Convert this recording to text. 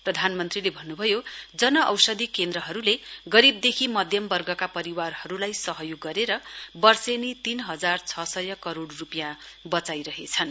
प्रधानमन्त्रीले भान्नुभयो जन औषधी केन्द्रहरूले गरीब देखि मध्यमवर्गका परिवारहरूलाई सहयोग गरेर वर्षेनी तीन हजार छ सय करोड़ रूपियाँ जगाइरहेछन्